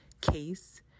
case